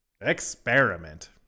Experiment